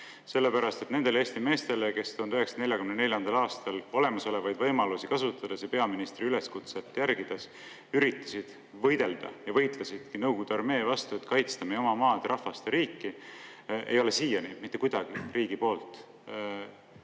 häbiväärne. Neid Eesti mehi, kes 1944. aastal olemasolevaid võimalusi kasutades ja peaministri üleskutset järgides üritasid võidelda ja võitlesidki Nõukogude armee vastu, et kaitsta meie oma maad, rahvast ja riiki, ei ole siiani mitte kuidagi riigi poolt